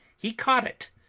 he caught it,